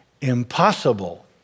impossible